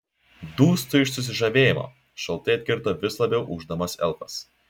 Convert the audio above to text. dūstu iš susižavėjimo šaltai atkirto vis labiau ūždamas elfas